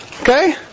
Okay